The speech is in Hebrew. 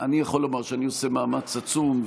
אני יכול לומר שאני עושה מאמץ עצום,